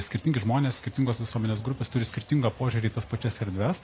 skirtingi žmonės skirtingos visuomenės grupės turi skirtingą požiūrį į tas pačias erdves